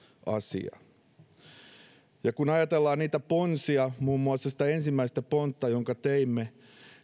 asia kun ajatellaan niitä ponsia muun muassa sitä ensimmäistä pontta jonka teimme